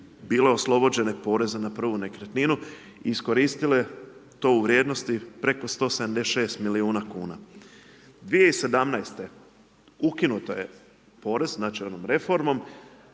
bile oslobođenje poreza na prvu nekretninu i iskoristile to u vrijednosti preko 176 milijuna kuna. 2017. ukinut je porez znači onom reformom